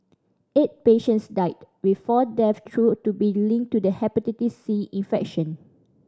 eight patients died with four deaths thought to be linked to the Hepatitis C infection